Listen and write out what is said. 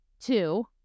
two